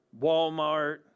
Walmart